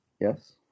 yes